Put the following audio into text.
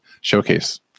showcase